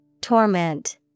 Torment